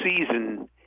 season